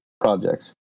projects